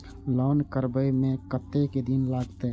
Loan करबे में कतेक दिन लागते?